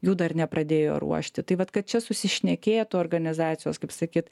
jų dar nepradėjo ruošti tai vat kad čia susišnekėtų organizacijos kaip sakyt